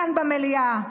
כאן במליאה.